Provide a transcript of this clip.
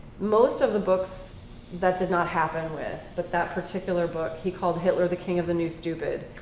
most of the books that did not happen with. but that particular book, he called hitler the king of the new stupid,